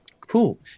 Cool